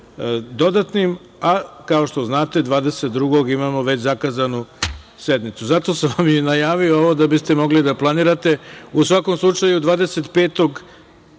dodatnim, a kao što znate 22. imamo već zakazanu sednicu. Zato sam vam i najavio ovo da biste mogli da planirate.U svakom slučaju 24.